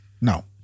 No